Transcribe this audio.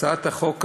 הצעת החוק הזאת,